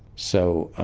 so ah